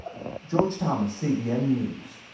george thomas, cbn news.